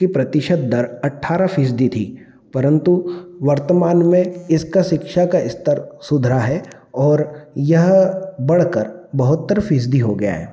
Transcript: की प्रतिशत दर अठारह फीसदी थी परन्तु वर्तमान में इसका शिक्षा का स्तर सुधरा है और यह बढ़ कर बहत्तर फीसदी हो गया है